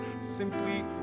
simply